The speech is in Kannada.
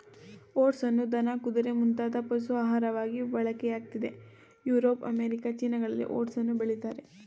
ಓಟ್ಸನ್ನು ದನ ಕುದುರೆ ಮುಂತಾದ ಪಶು ಆಹಾರವಾಗಿ ಬಳಕೆಯಾಗ್ತಿದೆ ಯುರೋಪ್ ಅಮೇರಿಕ ಚೀನಾಗಳಲ್ಲಿ ಓಟ್ಸನ್ನು ಬೆಳಿತಾರೆ